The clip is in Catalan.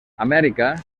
amèrica